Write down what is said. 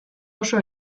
oso